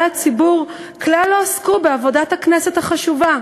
הציבור כלל לא עסקו בעבודת הכנסת החשובה.